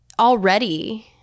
Already